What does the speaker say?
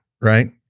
right